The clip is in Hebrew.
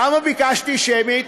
למה ביקשתי שמית?